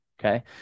Okay